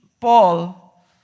Paul